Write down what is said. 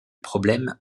problème